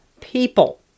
People